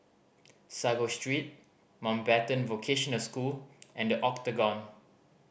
Sago Street Mountbatten Vocational School and The Octagon